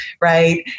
right